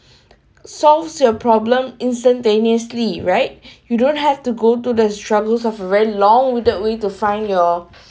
solve your problem instantaneously right you don't have to go to the struggles of very long winded way to find your